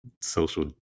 Social